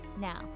Now